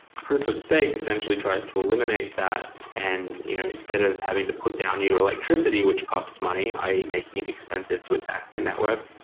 proof of stake essentially tries to eliminate that and you know instead of having to put down your electricity which costs money, i'm making it expensive to attack the and network.